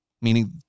Meaning